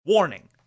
Warning